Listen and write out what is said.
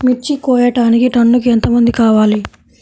మిర్చి కోయడానికి టన్నుకి ఎంత మంది కావాలి?